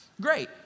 great